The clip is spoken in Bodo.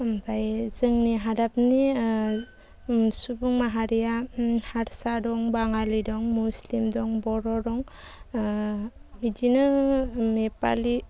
ओमफ्राय जोंनि हादाबनि सुबुं माहारिया हारसा दं बाङालि मुसलिम दं बर' दं बिदिनो नेपालि